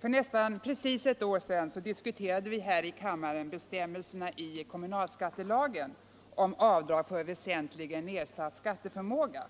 För nästan precis ett år sedan diskuterade vi här i kammaren bestämmelserna i kommunalskattelagen om avdrag för väsentligen nedsatt skatteförmåga.